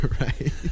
right